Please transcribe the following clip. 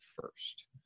first